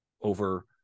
over